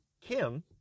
kim